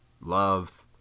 Love